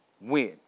Win